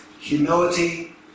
humility